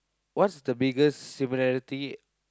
what's the biggest similarity